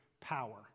power